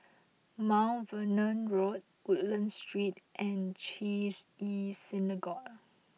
Mount Vernon Road Woodlands Street and Chesed El Synagogue